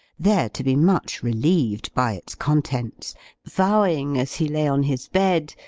there to be much relieved by its contents vowing, as he lay on his bed,